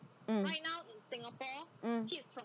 mm mm